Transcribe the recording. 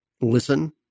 listen